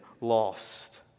lost